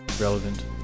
Relevant